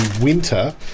winter